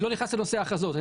אני לא נכנס לנושא ההכרזות.